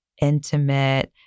intimate